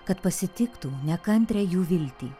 kad pasitiktų nekantrią jų viltį